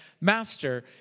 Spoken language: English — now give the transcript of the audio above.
Master